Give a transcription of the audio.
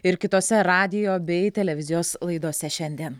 ir kitose radijo bei televizijos laidose šiandien